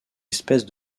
espèce